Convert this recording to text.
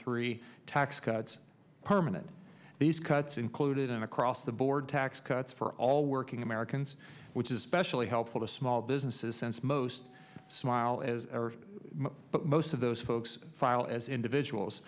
three tax cuts permanent these cuts included an across the board tax cuts for all working americans which is special helpful to small businesses since most smile but most of those ochs file as individuals